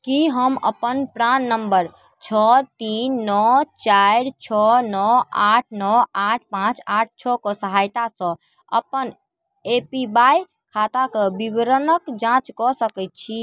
की हम अपन प्राण नम्बर छओ तीन नओ चारि छओ नओ आठ नओ आठ पाँच आठ छओ कऽ सहायतासँ अपन ए पी वाय खाता कऽ विवरणक जाँच कऽ सकैत छी